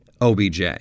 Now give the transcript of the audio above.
OBJ